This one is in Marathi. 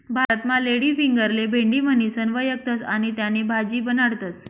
भारतमा लेडीफिंगरले भेंडी म्हणीसण व्यकखतस आणि त्यानी भाजी बनाडतस